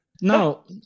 no